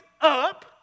up